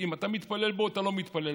אם אתה מתפלל בו או לא מתפלל בו,